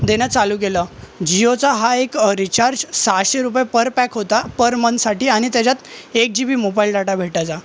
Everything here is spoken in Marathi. देणं चालू केलं जिओचा हा एक रीचार्ज सहाशे रुपये पर पॅक होता पर मंथसाठी आणि त्याच्यात एक जी बी मोबाईल डाटा भेटायचा